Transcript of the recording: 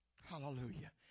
hallelujah